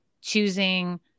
choosing